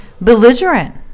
belligerent